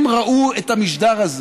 הם ראו את המשדר הזה